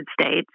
States